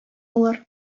булыр